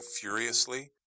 furiously